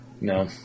No